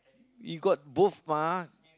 we got both mah